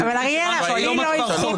אבל זה דיון אחר.